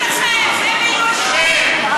הם לא מאמינים לכם, הם מיואשים.